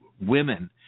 women